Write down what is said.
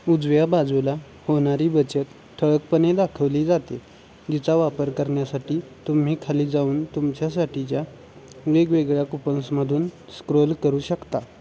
उजव्या बाजूला होणारी बचत ठळकपणे दाखवली जाते जिचा वापर करण्यासाठी तुम्ही खाली जाऊन तुमच्यासाठीच्या वेगवेगळ्या कुपन्समधून स्क्रोल करू शकता